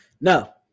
No